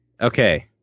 Okay